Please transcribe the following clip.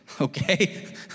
Okay